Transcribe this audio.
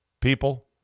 people